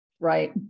Right